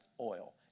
oil